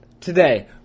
today